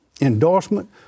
endorsement